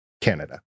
Canada